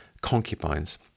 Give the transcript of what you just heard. concubines